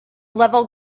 level